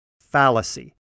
fallacy